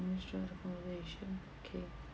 okay